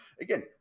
again